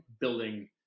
building